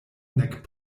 nek